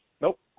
Nope